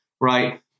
right